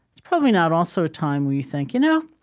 it's probably not also a time where you think, you know